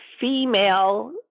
female